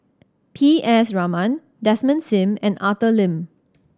P S Raman Desmond Sim and Arthur Lim